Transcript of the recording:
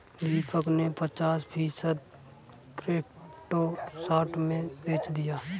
दीपक ने पचास फीसद क्रिप्टो शॉर्ट में बेच दिया